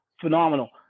phenomenal